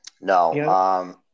No